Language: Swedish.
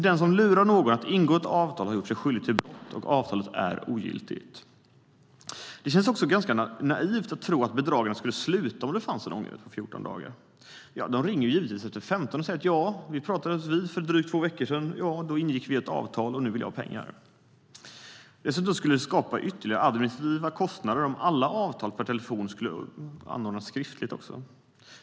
Den som lurar någon att ingå ett avtal har gjort sig skyldig till brott, och avtalet är ogiltigt. Det känns också ganska naivt att tro att bedragarna skulle sluta om det fanns en ångerrätt på 14 dagar. De ringer givetvis efter 15 dagar och säger: Vi pratades vid för drygt två veckor sedan. Då ingick vi ett avtal, och nu vill jag ha pengar. Dessutom skulle det skapa ytterligare administrativa kostnader om alla avtal per telefon också skulle anordnas skriftligt.